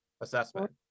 assessment